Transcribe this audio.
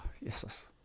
Yes